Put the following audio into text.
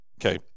okay